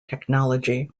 technology